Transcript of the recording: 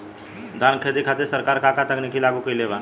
धान क खेती खातिर सरकार का का तकनीक लागू कईले बा?